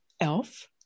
elf